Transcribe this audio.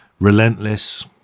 relentless